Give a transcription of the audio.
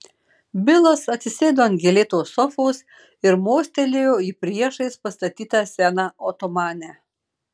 bilas atsisėdo ant gėlėtos sofos ir mostelėjo į priešais pastatytą seną otomanę